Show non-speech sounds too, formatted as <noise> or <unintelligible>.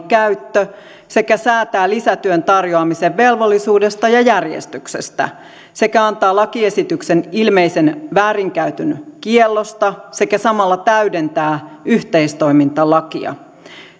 <unintelligible> käyttö sekä säätää lisätyön tarjoamisen velvollisuudesta ja järjestyksestä sekä antaa lakiesityksen ilmeisen väärinkäytön kiellosta sekä samalla täydentää yhteistoimintalakia